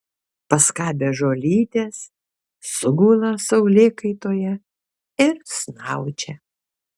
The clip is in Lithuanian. paskabę žolytės sugula saulėkaitoje ir snaudžia